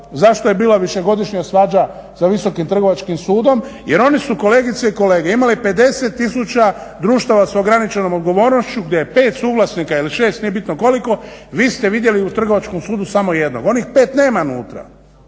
zašto je bila višegodišnja svađa sa Visokim trgovačkim sudom jer oni su kolegice i kolege imali 50 tisuća društava s ograničenom odgovornošću gdje je pet suglasnika ili šest, nije bitno koliko, vi ste vidjeli u Trgovačkom sudu samo jednog. Onih pet nema unutra,